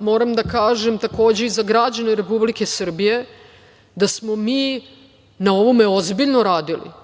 moram da kažem, takođe i za građane Republike Srbije da smo mi na ovome ozbiljno radili,